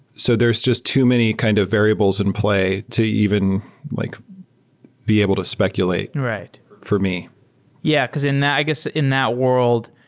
so there's just too many kind of variables in play to even like be able to speculate and for me yeah, because in that i guess in that world,